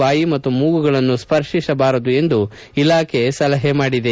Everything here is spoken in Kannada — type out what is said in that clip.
ಬಾಯಿ ಮತ್ತು ಮೂಗುಗಳನ್ನು ಸ್ವರ್ತಿಸಬಾರದು ಎಂದು ಇಲಾಖೆ ಸಲಹೆ ಮಾಡಿದೆ